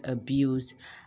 abuse